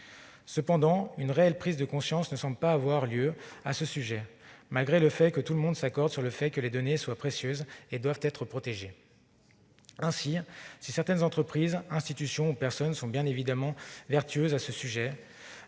Cependant, une réelle prise de conscience ne semble pas avoir lieu, malgré le fait que tout le monde s'accorde pour considérer que les données sont précieuses et doivent être protégées. Ainsi, si certaines entreprises, institutions et personnes sont bien évidemment vertueuses à ce sujet,